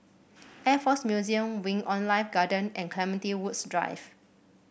Air Force Museum Wing On Life Garden and Clementi Woods Drive